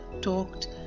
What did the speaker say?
talked